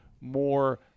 more